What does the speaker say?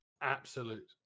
absolute